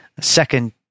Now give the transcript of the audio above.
second